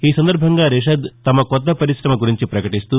ఈ సందర్బంగా రిషద్ తమ కొత్త పరిశమ గురించి ప్రకటీస్తూ